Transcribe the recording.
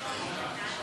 להצביע.